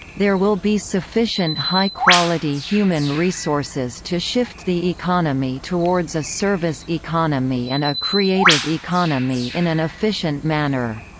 there will be sufficient high-quality human resources to shift the economy towards a service economy and a creative economy in an efficient manner.